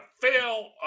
fail